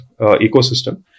ecosystem